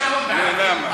שלום בערבית.